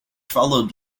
followed